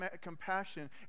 compassion